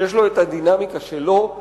שיש לו הדינמיקה שלו.